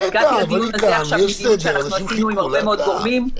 הגעתי לדיון הזה עכשיו מדיון שאנחנו עשינו עם הרבה מאוד גורמים,